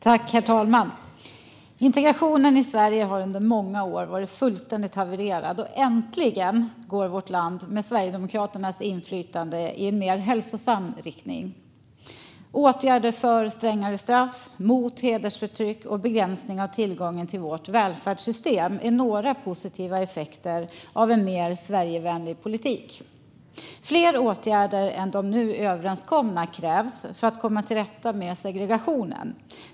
Herr talman! Integrationen i Sverige har under många år varit fullständigt havererad. Äntligen går vårt land, med Sverigedemokraternas inflytande, i en mer hälsosam riktning. Åtgärder för strängare straff, åtgärder mot hedersförtryck och begränsning av tillgången till vårt välfärdssystem är några positiva effekter av en mer Sverigevänlig politik. Fler åtgärder än de nu överenskomna krävs för att komma till rätta med segregationen.